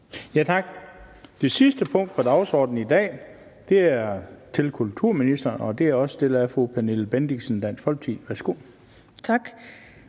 Tak. Det sidste punkt på dagsordenen i dag er et spørgsmål til kulturministeren, og det er også stillet af fru Pernille Bendixen, Dansk Folkeparti. Kl.